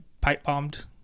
pipe-bombed